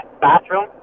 bathroom